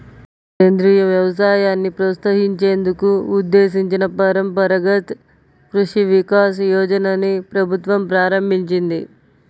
సేంద్రియ వ్యవసాయాన్ని ప్రోత్సహించేందుకు ఉద్దేశించిన పరంపరగత్ కృషి వికాస్ యోజనని ప్రభుత్వం ప్రారంభించింది